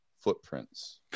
footprints